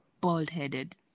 bald-headed